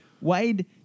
Wade